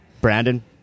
brandon